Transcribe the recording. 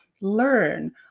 learn